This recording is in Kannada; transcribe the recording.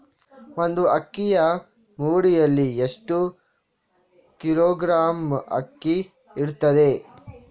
ಒಂದು ಅಕ್ಕಿಯ ಮುಡಿಯಲ್ಲಿ ಎಷ್ಟು ಕಿಲೋಗ್ರಾಂ ಅಕ್ಕಿ ಇರ್ತದೆ?